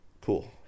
Cool